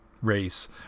race